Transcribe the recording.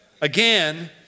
again